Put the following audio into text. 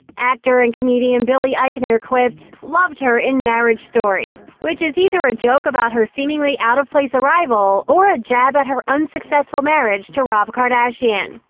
actor and comedian billy eichner quipped loved her in marriage story, which is either a joke about her seemingly out-of-place arrival or a jab at her unsuccessful marriage to rob kardashian.